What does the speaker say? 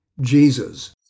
Jesus